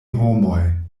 homoj